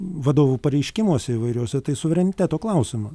vadovų pareiškimuose įvairiuose tai suvereniteto klausimą